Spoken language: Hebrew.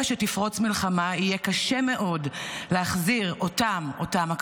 שתפרוץ מלחמה "יהיה קשה מאוד להחזיר אותם" אותם,